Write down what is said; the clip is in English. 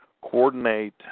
coordinate